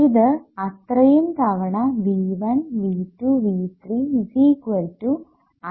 ഇത് അത്രയും തവണ V1 V2 V3 I1 0 I3